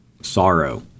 sorrow